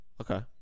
Okay